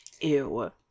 Ew